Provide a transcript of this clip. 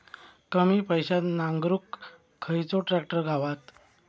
कमी पैशात नांगरुक खयचो ट्रॅक्टर गावात?